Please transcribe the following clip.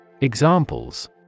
Examples